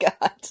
God